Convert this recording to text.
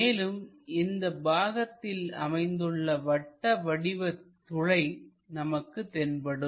மேலும் இந்த பாகத்தில் அமைந்துள்ள வட்ட வடிவ துளை நமக்கு தென்படும்